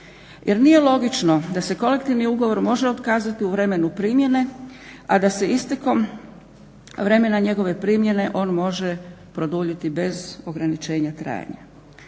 Jer nije logično da se kolektivni ugovor može otkazati u vremenu primjene, a da se istekom vremena njegove primjene on može produljiti bez ograničenja trajanja.